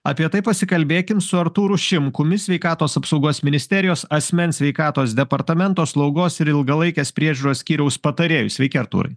apie tai pasikalbėkim su artūru šimkumi sveikatos apsaugos ministerijos asmens sveikatos departamento slaugos ir ilgalaikės priežiūros skyriaus patarėjus sveiki artūrai